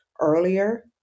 earlier